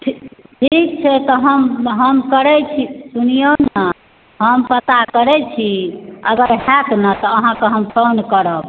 ठीक छै तऽ हम करै छी सुनिऔ ने हम पता करै छी अगर होयत ने तऽ हम अहाँकेॅं फोन करब